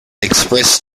express